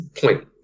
point